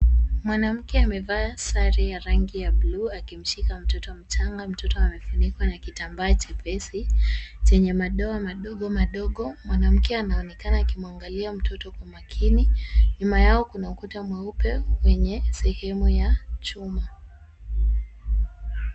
Mwanamke amevaa sare ya rangi ya blue akimshika mtoto mchanga. Mtoto amefunikwa na kitambaa chepesi chenye madoa madogo madogo. Mwanamke anaonekana akimwangalia mtoto kwa makini. Nyuma yao kuna ukuta mweupe wenye sehemu ya chuma.